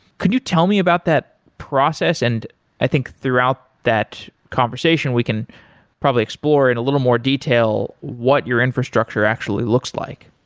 could you tell me about that process, and i think throughout that conversation we can probably explore in a little more detail what your infrastructure actually looks like.